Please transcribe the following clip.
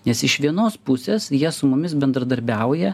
nes iš vienos pusės jie su mumis bendradarbiauja